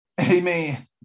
Amen